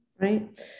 right